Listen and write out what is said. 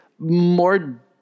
more